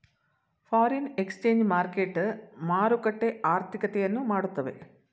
foreign exchange market ಮಾರುಕಟ್ಟೆ ಆರ್ಥಿಕತೆಯನ್ನು ಮಾಡುತ್ತವೆ